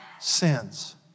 sins